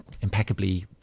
impeccably